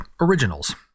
originals